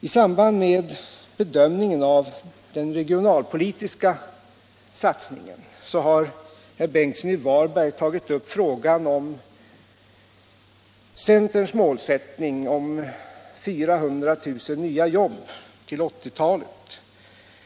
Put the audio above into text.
I samband med bedömningen av den regionalpolitiska satsningen har herr Ingemund Bengtsson i Varberg tagit upp frågan om centerns målsättning om 400 000 nya jobb på 1980-talet.